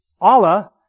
Allah